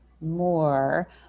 more